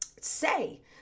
say